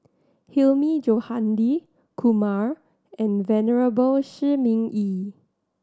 Hilmi Johandi Kumar and Venerable Shi Ming Yi